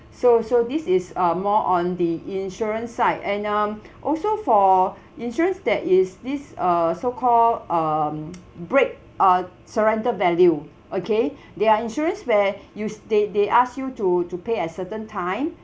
so so this is uh more on the insurance side and um also for insurance there is this uh so called um break uh surrender value okay there are insurance where you s~ they they ask you to to pay a certain time